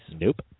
Nope